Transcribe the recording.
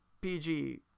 pg